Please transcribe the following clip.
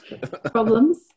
problems